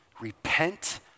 Repent